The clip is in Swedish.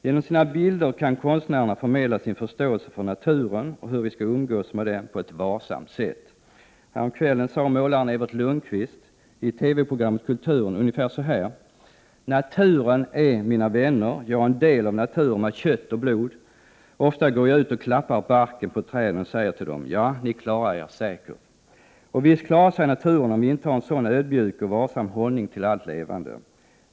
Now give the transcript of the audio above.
Genom sina bilder kan konstnärerna förmedla sin förståelse för naturen och hur vi skall umgås med den på ett varsamt sätt. Häromkvällen sade målaren Evert Lundquist i TV-programmet Kulturen ungefär så här: Naturen är mina vänner, jag är en del av naturen, med kött och blod. Ofta går jag ut och klappar barken på träden och säger till dem: Ja, ni klarar er säkert. Och visst klarar sig naturen om vi intar en sådan ödmjuk och varsam hållning till allt levande!